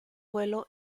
quello